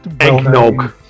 eggnog